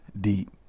Deep